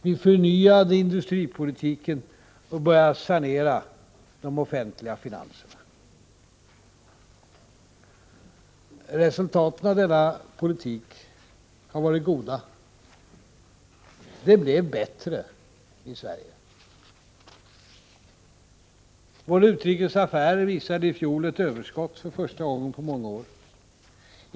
Vi förnyade industripolitiken och vi började sanera de offentliga finanserna. Resultaten av denna politik har varit goda. Det blev bättre i Sverige. Våra utrikes affärer visade i fjol ett överskott för första gången på många år.